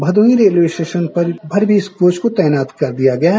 Bhadohi railway station पर भी railway coach को तैनात कर दिया गया है